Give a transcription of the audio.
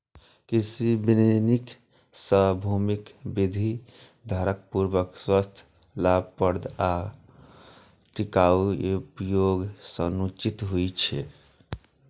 कृषि वानिकी सं भूमिक विविधतापूर्ण, स्वस्थ, लाभप्रद आ टिकाउ उपयोग सुनिश्चित होइ छै